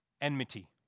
Enmity